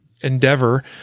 endeavor